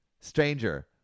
Stranger